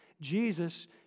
Jesus